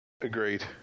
Agreed